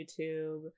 youtube